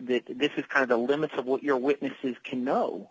that this is kind of the limits of what your witnesses can know